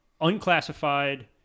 unclassified